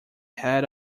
head